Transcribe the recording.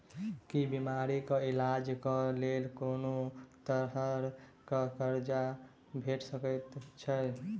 की बीमारी कऽ इलाज कऽ लेल कोनो तरह कऽ कर्जा भेट सकय छई?